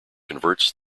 converts